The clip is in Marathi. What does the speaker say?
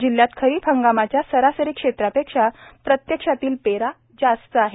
जिल्ह्यात खरीप हंगामाच्या सरासरी क्षेत्रापेक्षा प्रत्यक्षातील पेरा जास्त आहे